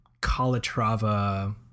Calatrava